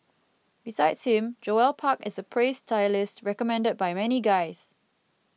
besides him Joel Park is a praised stylist recommended by many guys